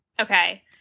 Okay